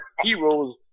heroes